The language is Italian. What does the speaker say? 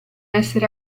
essere